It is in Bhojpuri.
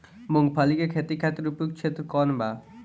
मूँगफली के खेती खातिर उपयुक्त क्षेत्र कौन वा?